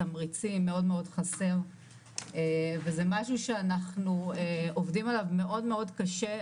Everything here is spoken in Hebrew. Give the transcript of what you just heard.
התמריצים מאוד חסר וזה משהו שאנחנו עובדים עליו מאוד קשה,